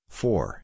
four